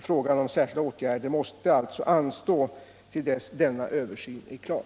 Frågan om särskilda åtgärder måste alltså anstå till dess denna översyn är klar.